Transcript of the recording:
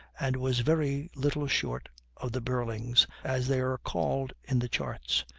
and was very little short of the burlings, as they are called in the charts.